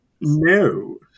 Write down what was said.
no